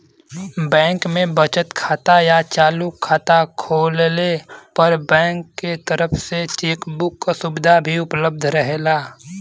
bank में बचत खाता या चालू खाता खोलले पर बैंक के तरफ से चेक बुक क सुविधा भी उपलब्ध रहेला